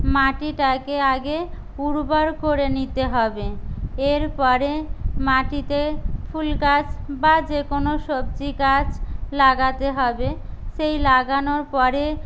মাটিটাকে আগে উর্বর করে নিতে হবে এরপরে মাটিতে ফুল গাছ বা যে কোনো সবজি গাছ লাগাতে হবে সেই লাগানোর পরে